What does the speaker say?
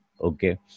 Okay